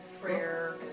prayer